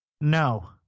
No